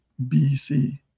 BC